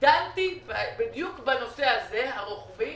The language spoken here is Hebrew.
דנתי בדיוק בנושא הזה הרוחבי